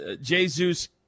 jesus